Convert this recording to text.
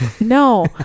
No